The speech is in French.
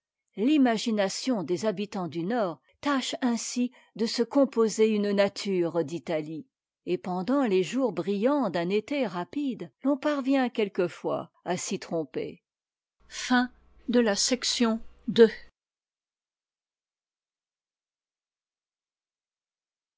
l'imagination des habitants du nord tâche ainsi de se composer une nature d'italie et pendant les jours brillants d'un été rapide l'on parvient quelquefois à s'y tromper chapitre